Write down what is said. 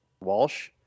Walsh